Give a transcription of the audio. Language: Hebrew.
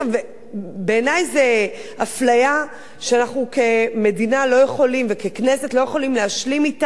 בעיני זו אפליה שאנחנו כמדינה וככנסת לא יכולים להשלים אתה,